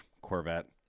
Corvette